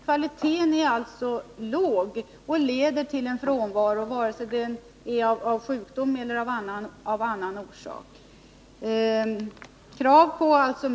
Kvaliteten är alltså låg och leder till frånvaro på grund av sjukdom eller av annan orsak.